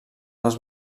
les